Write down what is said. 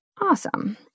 Awesome